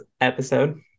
episode